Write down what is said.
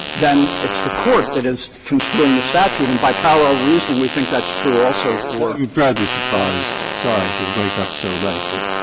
then it's the court that is construing the statute. and by parallel reasoning, we think that's true also for breyer i'm rather surprised sorry to wake up so late. but